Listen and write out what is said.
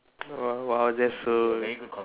!wow! !wow! that's so